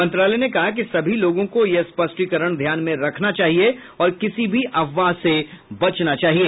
मंत्रालय ने कहा कि सभी लोगों को यह स्पष्टीकरण ध्यान में रखना चाहिए और किसी भी अफवाह से बचना चाहिए